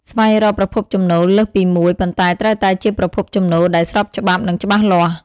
ស្វែងរកប្រភពចំណូលលើសពីមួយ ប៉ុន្តែត្រូវតែជាប្រភពចំណូលដែលស្របច្បាប់ និងច្បាស់លាស់។